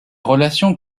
relation